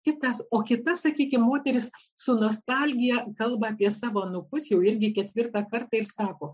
kitas o kita sakykim moteris su nostalgija kalba apie savo anūkus jau irgi ketvirta karta ir sako